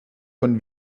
von